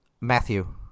Matthew